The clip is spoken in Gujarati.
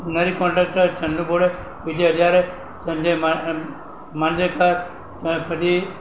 નરી કોન્ટરકટર ચંદુ બોરડે વિજય હજારે સંજય માંજરેકર અને પછી